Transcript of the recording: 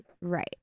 Right